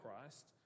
Christ